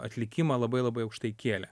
atlikimą labai labai aukštai kėlė